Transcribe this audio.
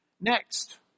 Next